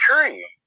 tree